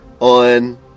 on